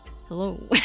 Hello